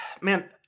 man